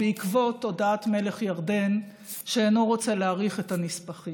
בעקבות הודעת מלך ירדן שאינו רוצה להאריך את הנספחים,